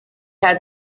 had